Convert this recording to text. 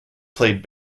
played